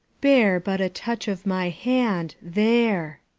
bear but a touch of my hand there,